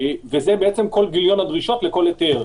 וזה כל גיליון הדרישות לכל היתר,